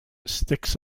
sticks